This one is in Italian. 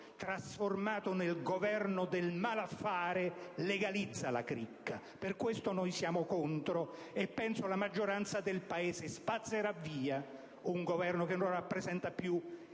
trasformato nel Governo del malaffare, legalizza la cricca! Per questo siamo contro, e penso che la maggioranza del Paese spazzerà via un Governo che non rappresenta più